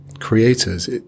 creators